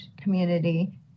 community